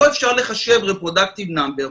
פה אפשר לחשב Reproductive Number,